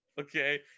okay